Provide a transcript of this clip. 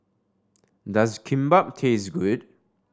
does Kimbap taste good